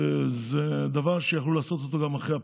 זה דבר שיכלו לעשות גם אחרי הפגרה,